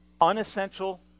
unessential